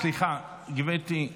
סליחה, גברתי.